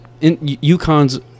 UConn's